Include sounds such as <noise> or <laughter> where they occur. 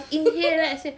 <laughs>